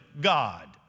God